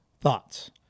thoughts